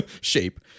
shape